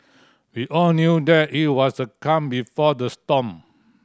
we all knew that it was the calm before the storm